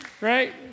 Right